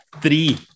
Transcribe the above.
three